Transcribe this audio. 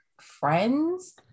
friends